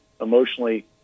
emotionally